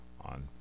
on